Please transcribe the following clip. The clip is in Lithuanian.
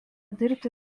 dirbti